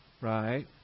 right